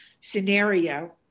scenario